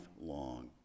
long